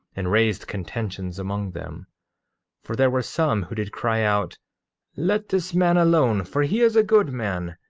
and raised contentions among them for there were some who did cry out let this man alone, for he is a good man,